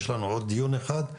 יש לנו עוד דיון אחד.